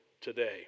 today